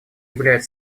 являет